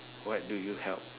what do you help